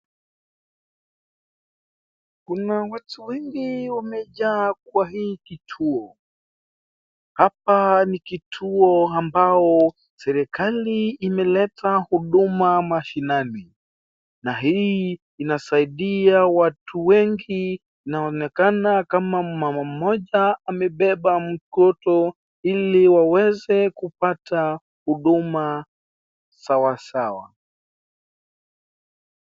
Kuna watu wengi wamejaa kwa hii kituo, hapa ni kituo ambao serikali imeleta huduma mashinani na hii inasaidia watu wengi. Inonekana kama mama mmoja amebeba mtoto ali waweze kupata huduma sawasawa.